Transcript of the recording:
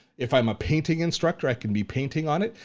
if i'm a painting instructor, i can be painting on it,